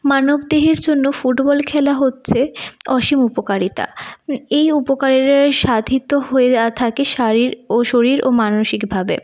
মানবদেহের জন্য ফুটবল খেলা হচ্ছে অসীম উপকারিতা এই উপকার সাধিত হয়ে থাকে শরীর ও শরীর ও মানসিকভাবে